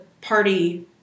party